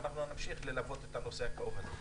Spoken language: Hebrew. ואנחנו נמשיך ללוות את הנושא הכאוב הזה.